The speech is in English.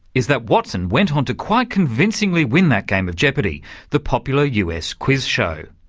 is that watson went on to quite convincingly win that game of jeopardy the popular us quiz show.